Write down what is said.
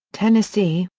tennessee,